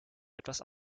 etwas